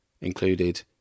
included